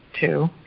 two